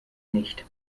nicht